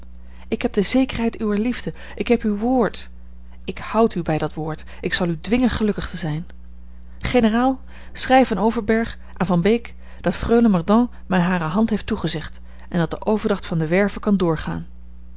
ik heb de zekerheid uwer liefde ik heb uw woord ik houd u bij dat woord ik zal u dwingen gelukkig te zijn generaal schrijf aan overberg aan van beek dat freule mordaunt mij hare hand heeft toegezegd en dat de overdracht van de werve kan doorgaan